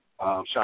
shot